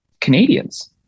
Canadians